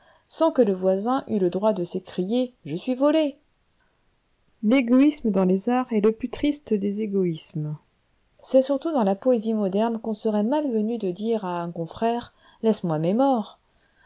sans que le voisin eût le droit de s'écrier je suis volé l'égoïsme dans les arts est le plus triste des égoïsmes c'est surtout dans la poésie moderne qu'on serait mal venu de dire à un confrère laisse-moi mes morts